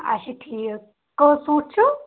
اچھا ٹھیٖک کٔژ سوٗٹ چِھو